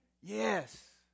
Yes